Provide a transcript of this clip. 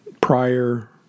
prior